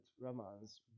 romance